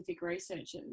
researchers